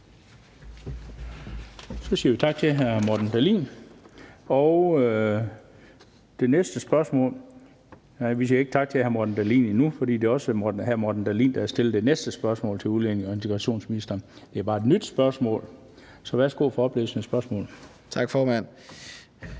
Så siger vi tak til hr. Morten Dahlin. Nej, vi siger ikke tak til hr. Morten Dahlin endnu, for det er også hr. Morten Dahlin, der har stillet det næste spørgsmål til udlændinge- og integrationsministeren. Det er bare et nyt spørgsmål. Kl. 16:58 Spm. nr.